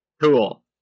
Cool